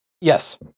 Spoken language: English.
Yes